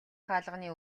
хаалганы